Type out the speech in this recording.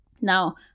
Now